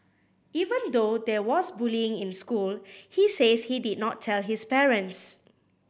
even though there was bullying in school he says he did not tell his parents